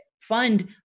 fund